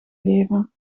leven